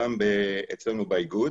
גם אצלנו באיגוד.